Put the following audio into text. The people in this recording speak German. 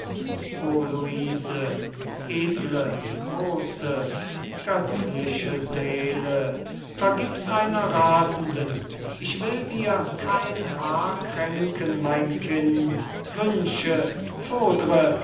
luise edle große göttliche seele vergib's einer rasenden ich will dir kein haar kränken mein kind wünsche fordre